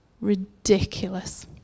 ridiculous